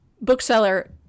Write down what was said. bookseller